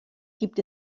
gibt